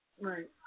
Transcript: right